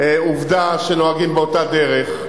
עובדה שנוהגים באותה דרך.